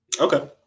Okay